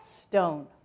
stone